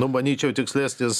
nu manyčiau tikslesnis